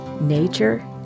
nature